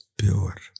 pure